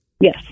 Yes